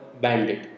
bandit